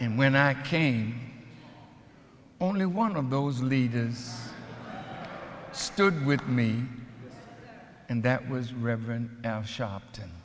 and when i came only one of those leaders stood with me and that was reverend sharpton